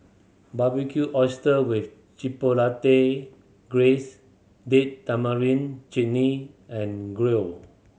Barbecued Oyster with Chipotle Glaze Date Tamarind Chutney and Gyro